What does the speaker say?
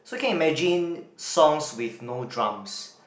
so can you imagine songs with no drums